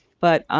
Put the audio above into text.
but,